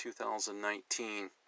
2019